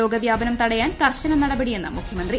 രോഗവ്യാപനം തടയാൻ കർശന നടപടിയെന്ന് മുഖ്യമന്ത്രി